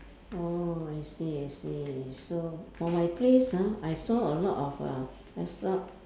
oh I see I see so for my place ah I saw a lot of uh I saw